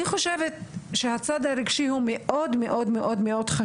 אני חושבת שהצד הרגשי הוא מאוד חשוב,